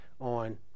on